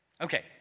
Okay